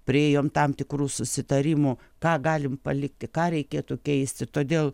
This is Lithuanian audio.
priėjom tam tikrų susitarimų ką galim palikti ką reikėtų keisti todėl